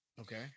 Okay